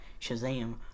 Shazam